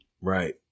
Right